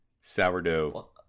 sourdough